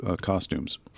costumes